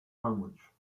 language